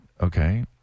Okay